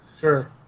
Sure